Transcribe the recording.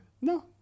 No